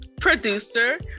producer